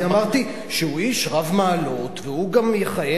אמרתי שהוא איש רב מעלות והוא גם יכהן,